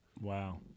Wow